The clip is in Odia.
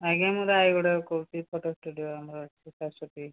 ଆଜ୍ଞା ମୁଁ ରାୟଗଡ଼ାରୁ କହୁଛି ଫୋଟ ଷ୍ଟୁଡ଼ିଓ ଆମର ଅଛି